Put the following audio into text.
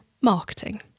marketing